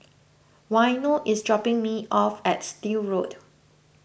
Waino is dropping me off at Still Road